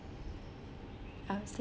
I was